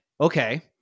okay